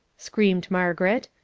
screamed margaret.